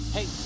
Hey